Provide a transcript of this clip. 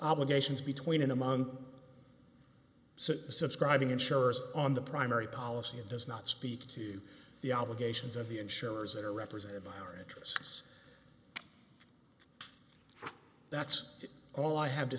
obligations between and among so subscribing insurers on the primary policy it does not speak to the obligations of the insurers that are represented by our interests that's all i have to